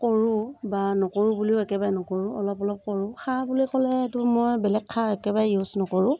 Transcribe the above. কৰোঁ বা নকৰোঁ বুলিও একেবাৰে নকৰোঁ অলপ অলপ কৰোঁ সাৰ বুলি ক'লেতো মই বেলেগ খাৰ একেবাৰে ইউজ নকৰোঁ